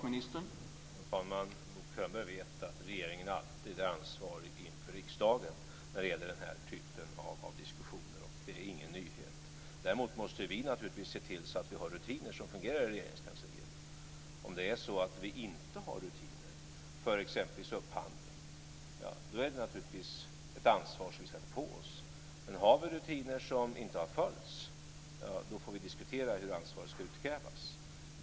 Herr talman! Bo Könberg vet att regeringen alltid är ansvarig inför riksdagen när det gäller den här typen av diskussioner. Det är ingen nyhet. Däremot måste vi naturligtvis se till att vi har rutiner som fungerar i Regeringskansliet. Om vi inte har rutiner för exempelvis upphandling, då är det naturligtvis ett ansvar som vi ska ta på oss. Men har vi rutiner som inte har följts, då får vi diskutera hur ansvaret ska utkrävas.